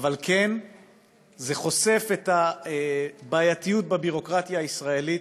אבל זה כן חושף את הבעייתיות בביורוקרטיה הישראלית,